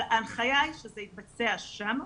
ההנחיה היא שזה יתבצע שם.